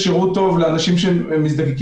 אנחנו ממנים כאן את הנאמנים ל-4 שנים, נכון?